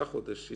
שישה חודשים